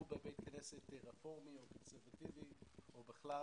בבית כנסת רפורמי או קונסרבטיבי או בכלל